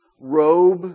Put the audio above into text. robe